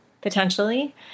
potentially